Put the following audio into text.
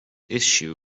issue